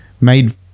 made